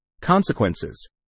Consequences